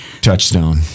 touchstone